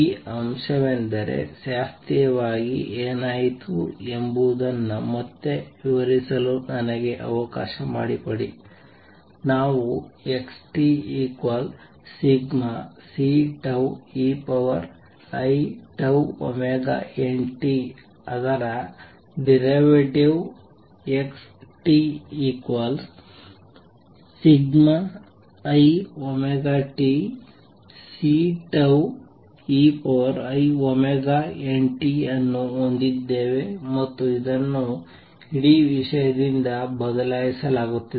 ಈ ಅಂಶವೆಂದರೆ ಶಾಸ್ತ್ರೀಯವಾಗಿ ಏನಾಯಿತು ಎಂಬುದನ್ನು ಮತ್ತೆ ವಿವರಿಸಲು ನನಗೆ ಅವಕಾಶ ಮಾಡಿಕೊಡಿ ನಾವು xt∑Ceiτωt ಅದರ ಡಿರವೇಟಿವ್ xtiωτCeiτωtಅನ್ನು ಹೊಂದಿದ್ದೇವೆ ಮತ್ತು ಇದನ್ನು ಈ ಇಡೀ ವಿಷಯದಿಂದ ಬದಲಾಯಿಸಲಾಗುತ್ತಿದೆ